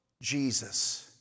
Jesus